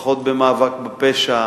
פחות במאבק בפשע,